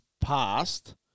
passed